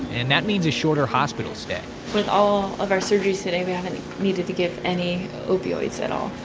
and that means a shorter hospital stay with all of our surgeries today, we haven't needed to give any opioids at all.